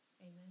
Amen